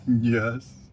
Yes